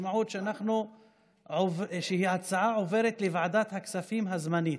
המשמעות היא שההצעה עוברת לוועדת הכספים הזמנית.